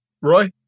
Roy